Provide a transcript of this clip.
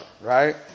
right